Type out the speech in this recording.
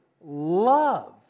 love